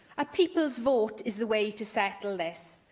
a people's vote is the way to settle this,